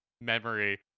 memory